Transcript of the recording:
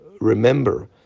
remember